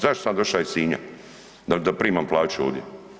Zašto sam doša iz Sinja da primam plaću ovdje?